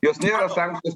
jos nėra sankcijos